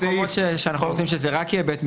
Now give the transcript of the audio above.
אבל יש מקומות שאנחנו רוצים שזה יהיה רק בית המשפט.